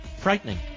frightening